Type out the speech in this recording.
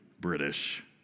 British